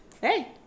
hey